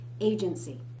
agency